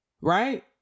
right